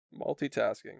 multitasking